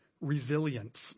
resilience